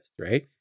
right